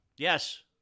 Yes